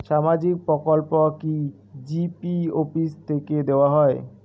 সামাজিক প্রকল্প কি জি.পি অফিস থেকে দেওয়া হয়?